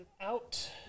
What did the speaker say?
out